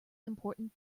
important